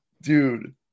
Dude